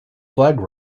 flag